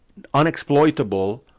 unexploitable